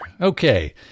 Okay